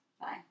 Bye